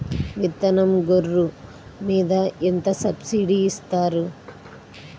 విత్తనం గొర్రు మీద ఎంత సబ్సిడీ ఇస్తారు?